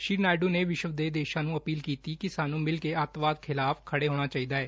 ਸ੍ਸੀ ਨਾਇਡੂ ਨੇ ਵਿਸ਼ਵ ਦੇ ਦੇਸ਼ਾਂ ਨੂੰ ਅਪੀਲ ਕੀਤੀ ਕਿ ਸਾਨੂੰ ਮਿਲ ਕੇ ਅੱਤਵਾਦ ਖਿਲਾਫ ਖੜੇ ਹੋਣਾ ਚਾਹੀਦਾ ਏ